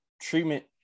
treatment